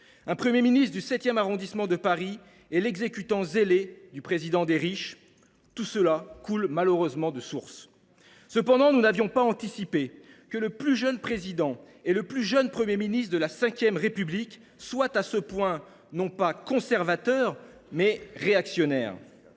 Un Premier ministre du VII arrondissement de Paris est l’exécutant zélé du Président des riches : tout cela coule malheureusement de source ! Cependant, nous n’avions pas anticipé que le plus jeune Président et le plus jeune Premier ministre de la V République seraient à ce point non pas conservateurs, mais réactionnaires.